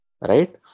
Right